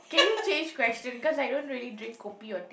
can you change question cause I don't really drink kopi or teh